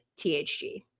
THG